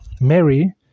Mary